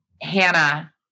Hannah